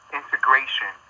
integration